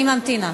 אני ממתינה.